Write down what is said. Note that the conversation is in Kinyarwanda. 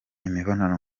imibonano